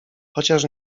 chociaż